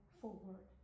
forward